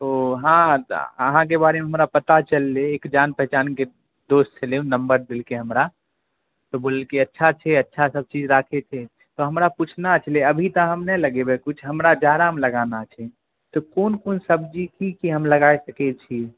ओ हाँ अहाँके बारेमे हमरा पता चललै एक जान पहचानके दोस्त छलै ओ नम्बर देलकै हमरा तऽ बोललकै अच्छा छै अच्छा सभचीज राखैत छै तऽ हमरा पूछना छलै अभी तऽ हम नहि लगेबै किछु हमरा जाड़ामे लगाना छै तऽ कोन कोन सब्जी की की हम लगाए सकैत छी